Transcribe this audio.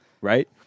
right